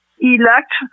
elect